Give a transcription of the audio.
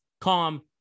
calm